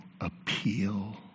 appeal